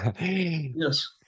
yes